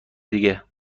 دیگه